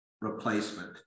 replacement